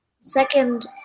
Second